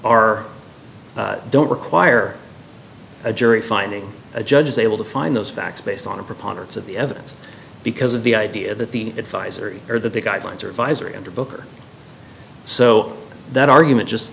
our don't require a jury finding a judge is able to find those facts based on a preponderance of the evidence because of the idea that the advisory or that the guidelines are visor in the book or so that argument just